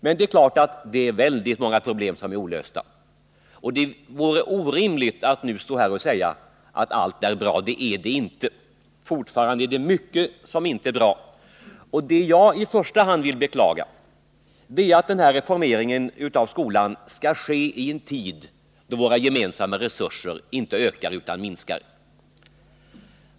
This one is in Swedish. Men väldigt många problem är olösta, och det vore orimligt att nu säga att allt är bra. Det är det inte — fortfarande är det mycket som inte är bra. Vad jag i första hand vill beklaga är att reformeringen av skolan skall ske i en tid då våra gemensamma resurser inte ökar utan minskar.